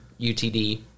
utd